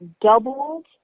doubled